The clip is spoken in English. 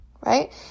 right